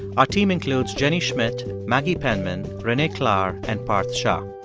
our team includes jenny schmidt, maggie penman, renee klahr and parth shah.